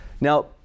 Now